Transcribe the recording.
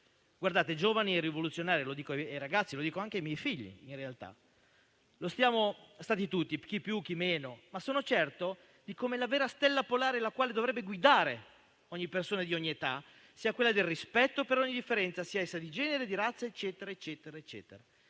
Guardate, giovani e rivoluzionari - lo dico ai ragazzi, e lo dico anche ai miei figli, in realtà - lo siamo stati tutti, chi più chi meno. Ma sono certo che la vera stella polare che dovrebbe guidare le persona di tutte le età sia quella del rispetto per ogni differenza, sia essa di genere, di razza, eccetera eccetera. Definire